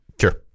Sure